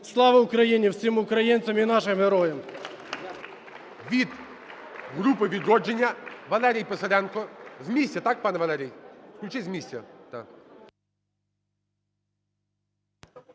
Слава Україні всім українцям і нашим героям! ГОЛОВУЮЧИЙ. Від групи "Відродження" Валерій Писаренко. З місця так, пане Валерій? Включіть з місця.